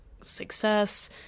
success